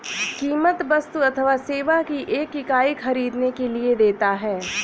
कीमत वस्तु अथवा सेवा की एक इकाई ख़रीदने के लिए देता है